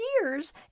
years